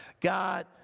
God